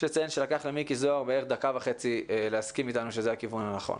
יש לציין שלקח למיקי זוהר בערך דקה וחצי להסכים אתנו שזה הכיוון הנכון.